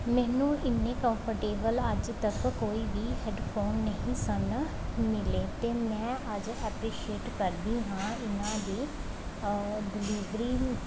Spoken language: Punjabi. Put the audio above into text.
ਮੈਨੂੰ ਇੰਨੇ ਕੰਫਰਟੇਬਲ ਅੱਜ ਤੱਕ ਕੋਈ ਵੀ ਹੈੱਡਫੋਨ ਨਹੀ ਸਨ ਮਿਲੇ ਅਤੇ ਮੈਂ ਅੱਜ ਐਪ੍ਰੀਸ਼ੀਏਟ ਕਰਦੀ ਹਾਂ ਇਹਨਾਂ ਦੇ ਡਿਲੀਵਰੀ ਨੂੰ